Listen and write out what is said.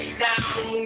down